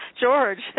george